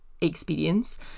experience